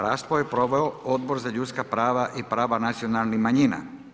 Raspravu je proveo Odbor za ljudska prava i prava nacionalnih manjina.